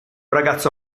ragazzo